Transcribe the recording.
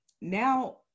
Now